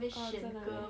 哦真的啊